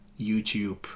YouTube